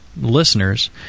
listeners